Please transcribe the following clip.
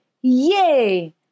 Yay